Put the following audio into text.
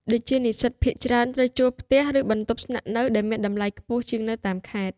ដូចជានិស្សិតភាគច្រើនត្រូវជួលផ្ទះ ឬបន្ទប់ស្នាក់នៅ ដែលមានតម្លៃខ្ពស់ជាងនៅតាមខេត្ត។